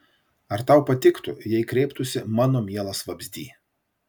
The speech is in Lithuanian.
ar tau patiktų jei kreiptųsi mano mielas vabzdy